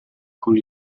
con